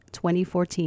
2014